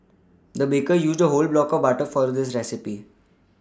the baker used a whole block of butter for this recipe